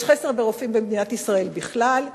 יש חסר ברופאים במדינת ישראל בכלל,